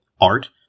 art